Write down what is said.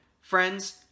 friends